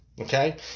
okay